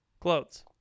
clothes